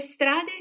strade